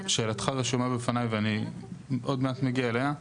שאלתך רשומה בפניי ואני עוד מעט מגיע אליה.